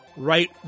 Right